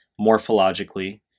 morphologically